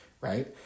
right